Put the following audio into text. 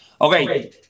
Okay